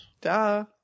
Duh